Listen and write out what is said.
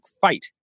fight